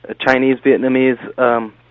Chinese-Vietnamese